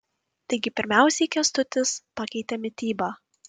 taigi pirmiausiai kęstutis pakeitė mitybą